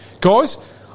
guys